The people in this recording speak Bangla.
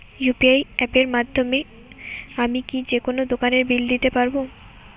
ইউ.পি.আই অ্যাপের মাধ্যমে আমি কি যেকোনো দোকানের বিল দিতে পারবো?